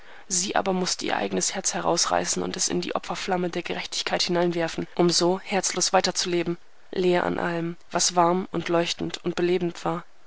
sie aber mußte ihr eigenes herz herausreißen und es in die opferflamme der gerechtigkeit hineinwerfen um so herzlos weiter zu leben leer an allem was warm und leuchtend und belebend war